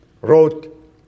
wrote